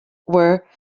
were